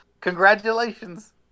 Congratulations